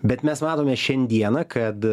bet mes matome šiandieną kad